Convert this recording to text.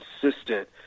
consistent